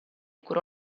curò